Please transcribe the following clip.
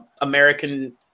American